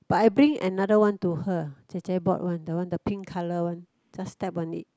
but I bring another one to her 姐姐：jie jie bought one the one the pink colour one just step on it